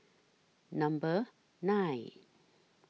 Number nine